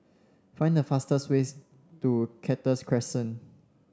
find the fastest way to Cactus Crescent